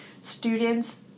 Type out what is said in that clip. students